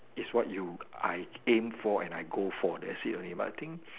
is what you I aim for and I go for that's it only but I think